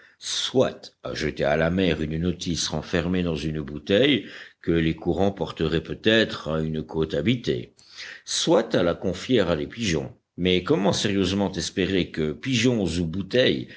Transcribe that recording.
soit à jeter à la mer une notice renfermée dans une bouteille que les courants porteraient peut-être à une côte habitée soit à la confier à des pigeons mais comment sérieusement espérer que pigeons ou bouteilles